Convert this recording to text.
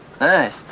nice